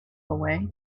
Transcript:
away